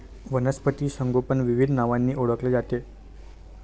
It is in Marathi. वनस्पती संगोपन विविध नावांनी ओळखले जाते